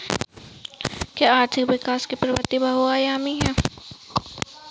क्या आर्थिक विकास की प्रवृति बहुआयामी है?